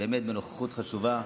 באמת בנוכחות חשובה,